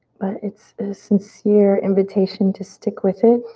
but it's a sincere invitation to stick with it,